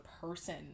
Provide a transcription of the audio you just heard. person